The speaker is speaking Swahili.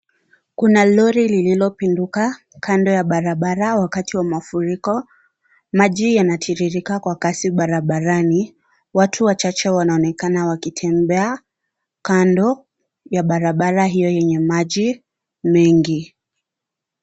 Kuna lori lililopinduka kando ya barabara wakati wa mafuriko, maji yanatiririka kwa kasi barabarani. Watu wachache wanaonekana wakitembea kando ya barabara hiyo yenye maji mengi.